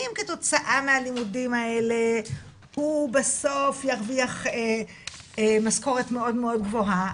אם כתוצאה מהלימודים האלה הוא בסוף ירוויח משכורת מאוד מאוד גבוהה,